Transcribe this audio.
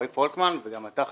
של רועי פולקמן וגם אתה חתום,